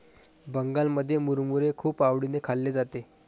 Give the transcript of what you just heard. बंगालमध्ये मुरमुरे खूप आवडीने खाल्ले जाते